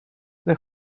the